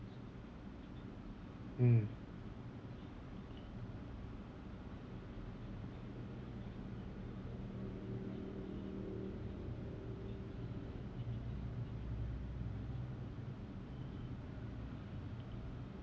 mm